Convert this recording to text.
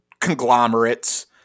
conglomerates